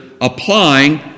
applying